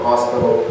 hospital